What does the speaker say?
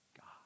God